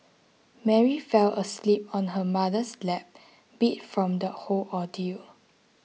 Mary fell asleep on her mother's lap beat from the whole ordeal